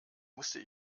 musste